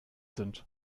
sind